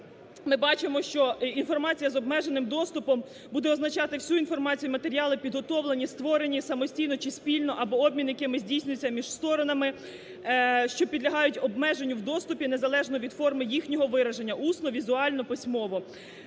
ми бачимо, що інформація з обмеженим доступом буде означати всю інформацію, матеріали підготовлені, створені самостійно чи спільно або обмін, який здійснюється між сторонами, що підлягають обмеженню в доступі, незалежно від форми їхнього вираження, усно, візуально, письмово.